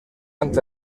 entre